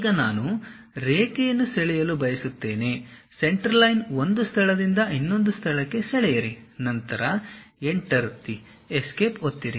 ಈಗ ನಾನು ರೇಖೆಯನ್ನು ಸೆಳೆಯಲು ಬಯಸುತ್ತೇನೆ ಸೆಂಟರ್ಲೈನ್ ಒಂದು ಸ್ಥಳದಿಂದ ಇನ್ನೊಂದು ಸ್ಥಳಕ್ಕೆ ಸೆಳೆಯಿರಿ ನಂತರ ಎಂಟರ್ ಎಸ್ಕೇಪ್ ಒತ್ತಿರಿ